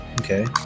Okay